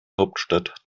hauptstadt